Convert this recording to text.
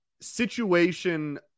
situation